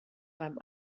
beim